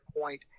point